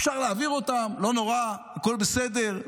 אפשר להעביר אותם, לא נורא, הכול בסדר.